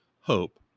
hope